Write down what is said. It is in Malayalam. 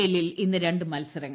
എല്ലിൽ ഇന്ന് രണ്ട് മത്സരങ്ങൾ